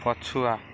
ପଛୁଆ